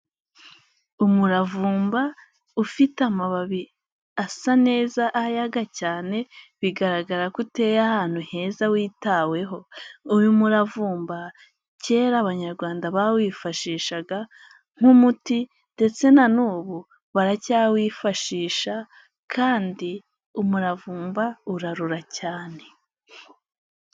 Umuravumba ufite amababi asa neza ayaga cyane. Bigaragara ko uteye ahantu heza witaweho. Uwo muravumba kera abanyarwanda, bawifashishaga nk'umuti ndetse na n'ubu baracyawifashisha kandi umuravumba urarura cyane.